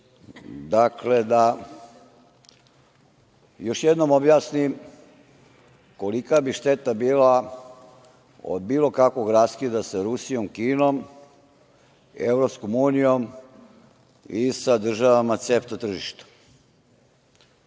dakle, da još jednom objasnim kolika bi šteta bila od bilo kakvog raskida sa Rusijom, Kinom, EU i sa državama CEFTA tržišta. Godine